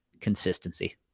consistency